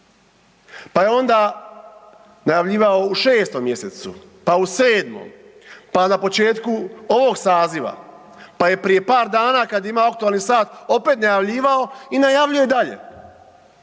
Pa je onda najavljivao u 6 mj., pa u 7., pa na početku ovog saziva, pa je prije par dana kad je imao aktualni sat, opet najavljivao i najavljuje i dalje.